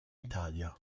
italia